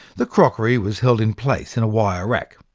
the crockery was held in place in a wire rack.